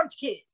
kids